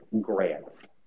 grants